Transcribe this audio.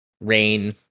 rain